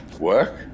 Work